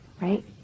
right